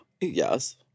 Yes